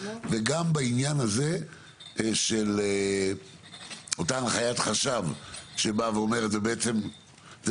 וגם בעניין הזה של אותה הנחיית חשב שאומרת שזה